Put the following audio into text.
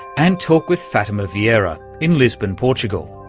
and talk with fatima vieira in lisbon, portugal.